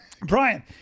Brian